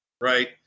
Right